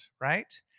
right